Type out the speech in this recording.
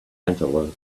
antelope